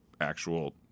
actual